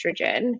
estrogen